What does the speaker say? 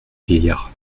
vieillard